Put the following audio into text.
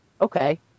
okay